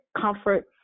comfort